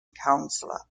councillor